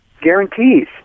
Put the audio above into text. guarantees